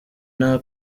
nta